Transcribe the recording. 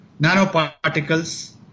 nanoparticles